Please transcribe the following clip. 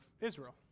Israel